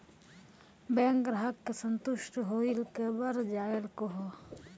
Bank ग्राहक के संतुष्ट होयिल के बढ़ जायल कहो?